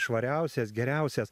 švariausias geriausias